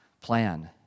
plan